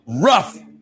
rough